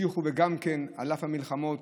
וגם המשיכו, על אף המלחמות,